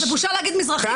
להגיד מזרחיים?